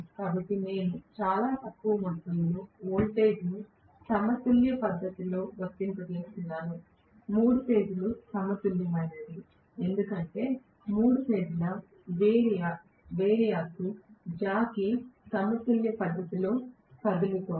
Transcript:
కాబట్టి నేను చాలా తక్కువ మొత్తంలో వోల్టేజ్ను సమతుల్య పద్ధతి లో వర్తింపజేస్తున్నాను మూడు ఫేజ్ లు సమతుల్యమైనవి ఎందుకంటే మూడు ఫేజ్ ల వేరియాక్ జాకీ సమతుల్య పద్ధతిలో కదులుతోంది